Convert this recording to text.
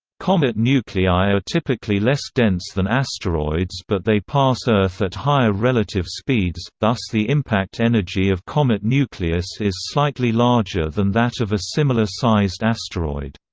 comet nuclei are typically less dense than asteroids but they pass earth at higher relative speeds, thus the impact energy of comet nucleus is slightly larger than that of a similar-sized asteroid.